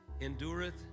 endureth